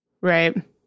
Right